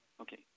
Okay